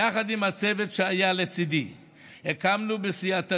יחד עם הצוות שהיה לצידי הקמנו בסייעתא